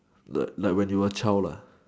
like like when you were a child lah